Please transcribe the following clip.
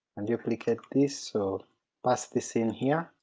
and duplicate this, so pass this in here,